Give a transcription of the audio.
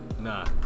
nah